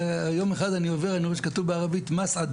יום אחד אני עובר ואני רואה שכתוב בערבית מסעדה,